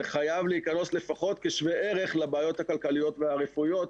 זה חייב להיכנס לפחות כשווה ערך לבעיות הכלכליות והרפואיות.